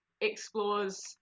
explores